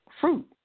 fruit